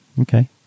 Okay